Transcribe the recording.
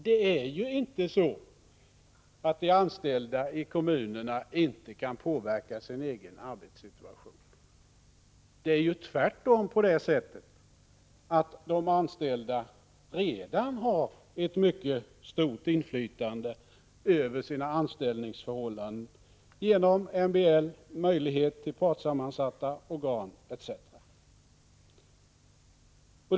Det är inte så att de anställda i kommunerna inte kan påverka sin egen arbetssituation. Tvärtom har ju de anställda redan ett mycket stort inflytande över sina anställningsförhållanden genom MBL, möjlighet till partssammansatta organ etc.